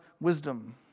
wisdom